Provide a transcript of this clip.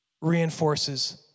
reinforces